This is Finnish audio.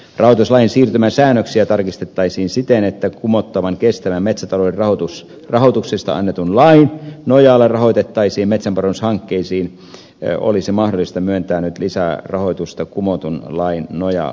rahoituslain siirtymäsäännöksiä tarkistettaisiin siten että kumottavan kestävän metsätalouden rahoituksesta annetun lain nojalla rahoitettaviin metsänparannushankkeisiin olisi mahdollista myöntää nyt lisärahoitusta kumotun lain nojalla